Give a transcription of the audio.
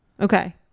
okay